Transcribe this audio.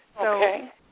Okay